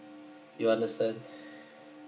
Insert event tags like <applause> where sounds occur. you understand <breath>